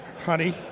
honey